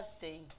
Testing